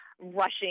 rushing